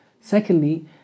Secondly